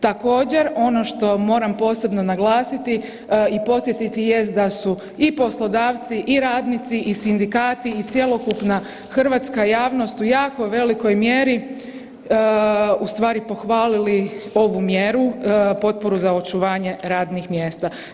Također ono što moram posebno naglasiti i podsjetiti jest da su i poslodavci i radnici i sindikati i cjelokupna hrvatska javnost u jako velikoj mjeri ustvari pohvalili ovu mjeru potporu za očuvanje radnih mjesta.